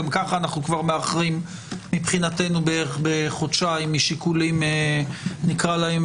גם ככה אנחנו כבר מאחרים מבחינתנו כבר בחודשיים משיקולים שנקרא להם